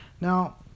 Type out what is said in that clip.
Now